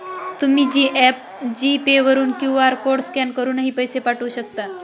तुम्ही G pay वरून QR code scan करूनही पैसे पाठवू शकता